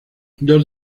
dos